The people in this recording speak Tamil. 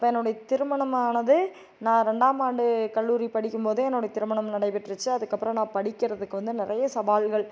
அப்போ என்னுடைய திருமணமானது நான் ரெண்டாம் ஆண்டு கல்லூரி படிக்கும் போதே என்னுடைய திருமணம் நடைப்பெற்றுச்சு அதுக்கப்புறம் நான் படிக்கிறதுக்கு வந்து நிறைய சவால்கள்